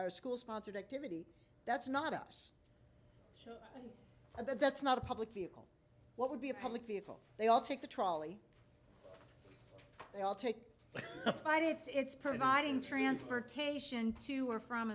or school sponsored activity that's not us or that's not a public vehicle what would be a public vehicle they all take the trolley they all take the fight it's providing transportation to or from